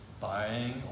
Buying